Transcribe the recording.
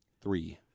Three